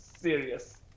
serious